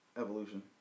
evolution